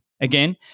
Again